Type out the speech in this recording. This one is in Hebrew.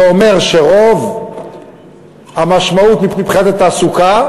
זה אומר שרוב המשמעות מבחינת התעסוקה,